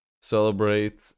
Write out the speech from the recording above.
celebrate